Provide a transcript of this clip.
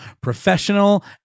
professional